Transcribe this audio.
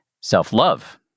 self-love